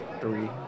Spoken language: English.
Three